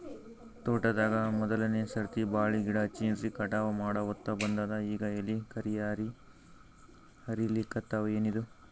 ತೋಟದಾಗ ಮೋದಲನೆ ಸರ್ತಿ ಬಾಳಿ ಗಿಡ ಹಚ್ಚಿನ್ರಿ, ಕಟಾವ ಮಾಡಹೊತ್ತ ಬಂದದ ಈಗ ಎಲಿ ಕರಿಯಾಗಿ ಹರಿಲಿಕತ್ತಾವ, ಏನಿದು?